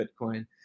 Bitcoin